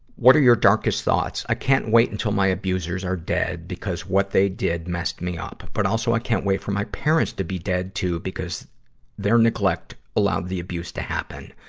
what are your darkest thoughts? i can't wait until my abusers are dead, because what they did messed me up. but also, i can't wait for my parents to be dead, too, because their neglect allowed the abuse to happen.